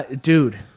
dude